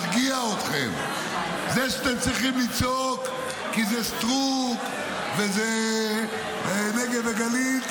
זה שאתם צריכים לצעוק כי זה סטרוק וזה נגד הגליל,